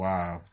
Wow